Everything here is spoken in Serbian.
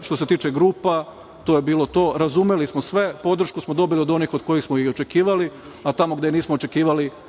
Što se tiče grupa, to je bilo to. Razumeli smo sve. Podršku smo dobili od onih od kojih smo i očekivali, a tamo gde je nismo tražili